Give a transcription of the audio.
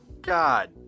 God